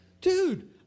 Dude